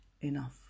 enough